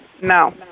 No